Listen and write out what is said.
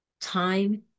time